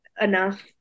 enough